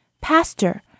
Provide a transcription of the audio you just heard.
Pastor